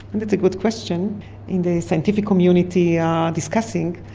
and that's a good question and the scientific community are discussing.